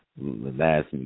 last